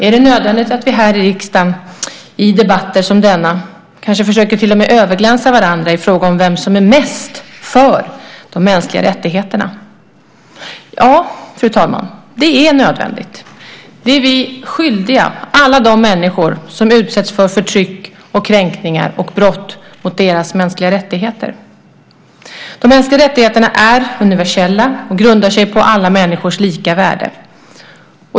Är det nödvändigt att vi här i riksdagen i debatter som denna kanske till och med försöker överglänsa varandra i fråga om vem som är mest för de mänskliga rättigheterna? Ja, fru talman, det är nödvändigt. Det är vi skyldiga alla de människor som utsätts för förtryck, kränkningar och brott mot deras mänskliga rättigheter. De mänskliga rättigheterna är universella och grundar sig på alla människors lika värde.